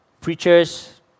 preachers